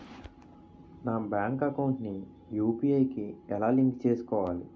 నా bank account ని UPI కి ఎలా లింక్ చేసుకోవాలి?